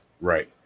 Right